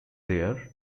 there